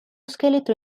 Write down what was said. scheletro